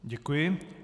Děkuji.